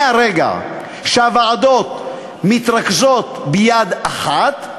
מהרגע שהוועדות מתרכזות ביד אחת,